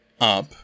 up